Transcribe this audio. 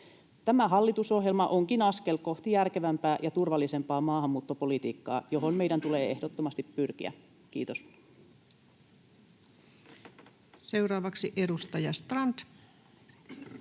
Tämä hallitusohjelma onkin askel kohti järkevämpää ja turvallisempaa maahanmuuttopolitiikkaa, johon meidän tulee ehdottomasti pyrkiä. — Kiitos. Seuraavaksi edustaja Strand.